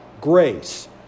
grace